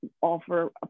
offer